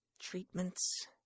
Treatments